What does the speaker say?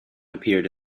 appeared